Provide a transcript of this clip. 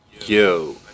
Yo